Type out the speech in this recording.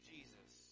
Jesus